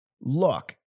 look